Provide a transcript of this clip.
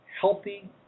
healthy